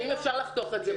שאם אפשר לחתוך את זה,